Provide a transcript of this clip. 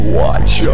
watch